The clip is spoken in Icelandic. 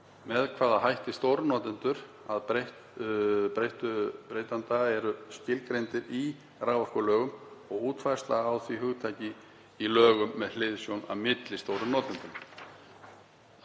með hvaða hætti stórnotendur, að breyttu breytanda, eru skilgreindir í raforkulögum og útfærsla á því hugtaki í lögunum með hliðsjón af millistórum notendum.“